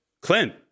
Clint